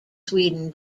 sweden